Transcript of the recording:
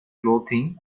clothing